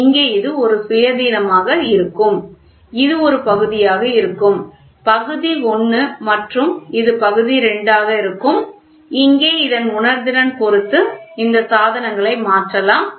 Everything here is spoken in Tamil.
எனவே இங்கே இது ஒரு சுயாதீனமாக இருக்கும் இது ஒரு பகுதியாக இருக்கும் பகுதி I மற்றும் இது பகுதி II ஆக இருக்கும் இங்கே இதன் உணர்திறன் பொறுத்து இந்த சாதனங்களை மாற்றலாம்